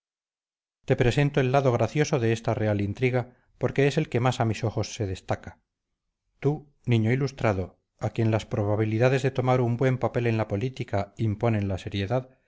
te presento el lado gracioso de esta real intriga porque es el que más a mis ojos se destaca tú niño ilustrado a quien las probabilidades de tomar un buen papel en la política imponen la seriedad